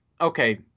okay